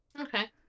Okay